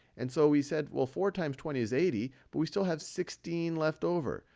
and so we said, well, four times twenty is eighty. but we still have sixteen left over.